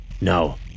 No